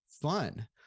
fun